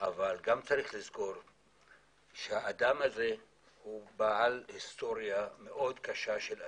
אבל גם צריך לזכור שהאדם הזה הוא בעל היסטוריה מאוד קשה של אלימות.